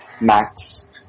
Max